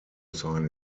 sign